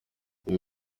ibi